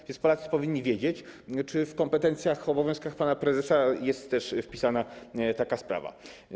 A więc Polacy powinni wiedzieć, czy w kompetencjach, obowiązkach pana prezesa jest też wpisana taka sprawa.